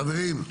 חברים.